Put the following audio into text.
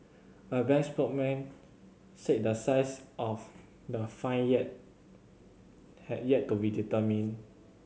a bank spokesman said the size of the fine yet had yet to be determined